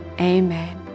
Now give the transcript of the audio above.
amen